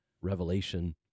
Revelation